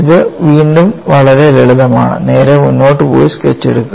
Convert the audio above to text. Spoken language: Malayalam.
ഇത് വീണ്ടും വളരെ ലളിതമാണ് നേരെ മുന്നോട്ട് പോയി സ്കെച്ച് എടുക്കുക